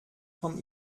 vom